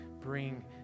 bring